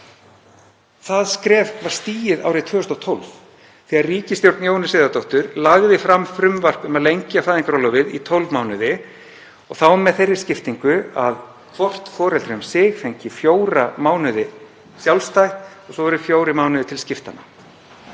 Það skref var stigið árið 2012 þegar ríkisstjórn Jóhönnu Sigurðardóttur lagði fram frumvarp um að lengja fæðingarorlofið í 12 mánuði og þá með þeirri skiptingu að hvort foreldri um sig fengi fjóra mánuði sjálfstætt og svo væru fjórir mánuðir til skiptanna.